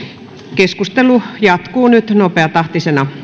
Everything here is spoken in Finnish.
keskustelu jatkuu nyt nopeatahtisena